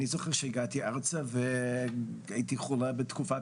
אני זוכר שהגעתי ארצה והייתי חולה בתקופת